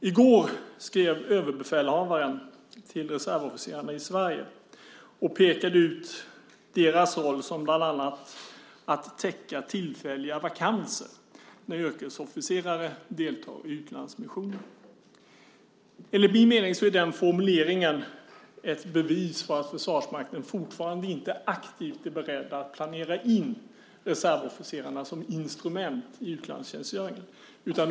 I går skrev överbefälhavaren till reservofficerarna i Sverige. Han pekade ut deras roll som bland annat att täcka tillfälliga vakanser när yrkesofficerare deltar i utlandsmissioner. Enligt min mening är den formuleringen ett bevis för att Försvarsmakten fortfarande inte aktivt är beredd att planera in reservofficerarna som instrument i utlandstjänstgöringen.